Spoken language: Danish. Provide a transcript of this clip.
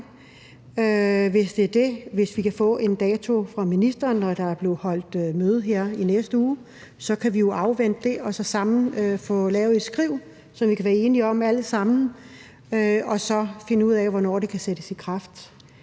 – en beretning, hvis vi kan få en dato fra ministeren, når der er blevet holdt møde her i næste uge; så kan vi jo afvente det og sammen få lavet et skriv, som vi alle sammen kan være enige om, og så finde ud af, hvornår det kan sættes i kraft.